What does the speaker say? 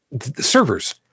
servers